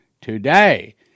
today